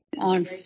On